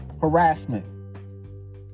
harassment